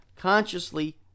consciously